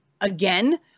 again